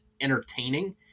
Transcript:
entertaining